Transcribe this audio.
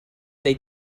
they